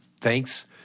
thanks